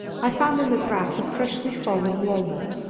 i found in the grass a freshly-fallen walnut,